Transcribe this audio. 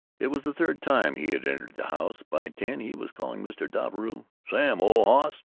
it was the third time he had entered the house. by ten he was calling mr. doppelbrau sam, old hoss.